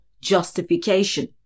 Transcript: justification